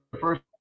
first